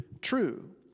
true